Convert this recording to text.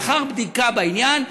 לאחר בדיקה בעניין,